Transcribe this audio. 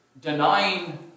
denying